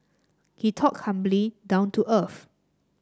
he talked humbly down to earth